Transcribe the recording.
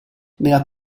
nella